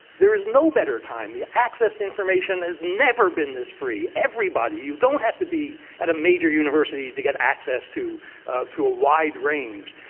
there is no better time. the access to information has never been this free. everybody you don't have to be at a major university to get access to to a wide range.